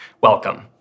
Welcome